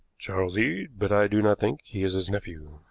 charles eade but i do not think he is his nephew.